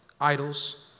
idols